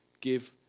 give